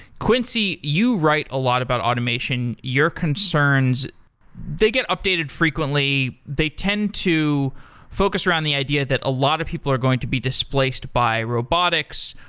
quincy, you write a lot about automation, your concerns they get updated frequently. they tend to focus around the idea that a lot of people are going to be displaced by robotics,